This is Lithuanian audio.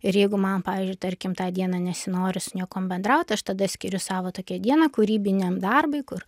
ir jeigu man pavyzdžiui tarkim tą dieną nesinori su niekuo bendraut aš tada skiriu savo tokią dieną kūrybiniam darbui kur